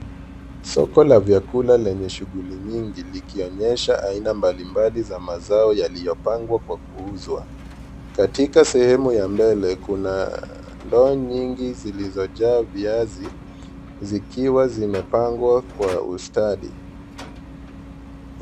Soko la vyakula lenye shughuli nyingi likionyesha aina mbali mbali za mazao yaliyopangwa kwa kuuzwa katika sehemu ya mbele kuna ndoa nyingi zilizojaa viazi zikiwa zimepangwa kwa ustadi